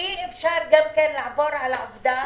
אי אפשר לעבור על העובדה